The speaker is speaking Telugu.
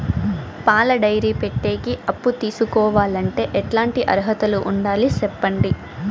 పాల డైరీ పెట్టేకి అప్పు తీసుకోవాలంటే ఎట్లాంటి అర్హతలు ఉండాలి సెప్పండి?